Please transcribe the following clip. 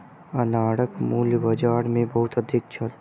अनारक मूल्य बाजार मे बहुत अधिक छल